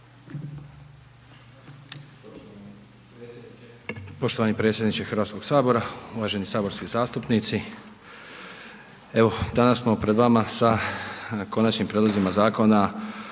Poštovani predsjedniče Hrvatskog sabora uvaženi saborski zastupnici. Evo danas smo pred vama sa konačnim prijedlozima Zakona